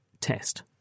test